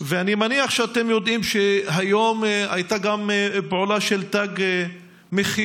אני מניח שאתם יודעים שהיום הייתה גם פעולה של תג מחיר